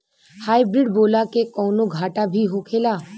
Hybrid बोला के कौनो घाटा भी होखेला?